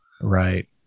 right